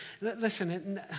Listen